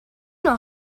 know